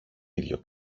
ίδιο